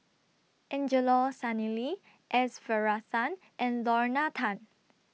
Angelo Sanelli S Varathan and Lorna Tan